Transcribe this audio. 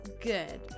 good